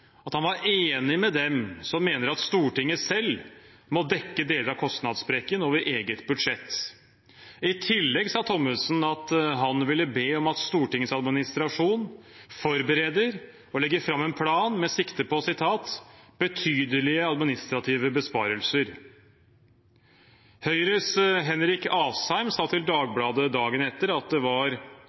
at han var enig med dem som mener at Stortinget selv må dekke deler av kostnadssprekken over eget budsjett. I tillegg sa Thommessen at han ville be om at Stortingets administrasjon forbereder og legger fram en plan med sikte på «betydelige administrative besparelser». Høyres Henrik Asheim sa til Dagbladet dagen etter at det var